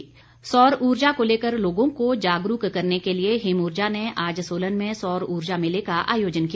सौर ऊर्जा सौर ऊर्जा को लेकर लोगों को जागरूक करने के लिए हिमऊर्जा ने आज सोलन में सौर ऊर्जा मेले का आयोजन किया